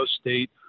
State